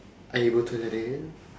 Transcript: air botol ada